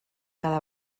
cada